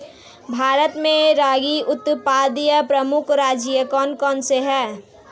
भारत में रागी उत्पादक प्रमुख राज्य कौन कौन से हैं?